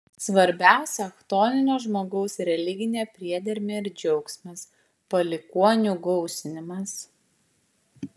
svarbiausia chtoninio žmogaus religinė priedermė ir džiaugsmas palikuonių gausinimas